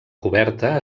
coberta